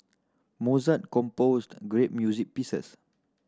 Mozart composed great music pieces